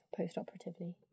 post-operatively